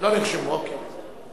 לא נרשמו, אוקיי.